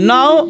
Now